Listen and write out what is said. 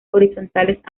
horizontales